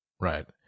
right